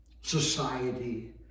society